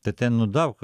tai ten nu daug